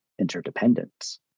interdependence